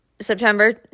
September